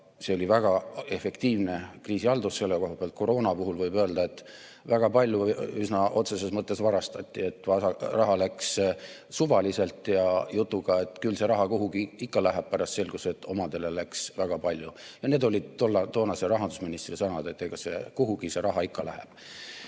See oli väga efektiivne kriisihaldus selle koha pealt. Koroona puhul võib öelda, et väga palju üsna otseses mõttes varastati, raha läks suvaliselt ja jutuga, et küll see raha kuhugi ikka läheb. Pärast selgus, et omadele läks väga palju. Need olid toonase rahandusministri sõnad, et kuhugi see raha ikka läheb. Selle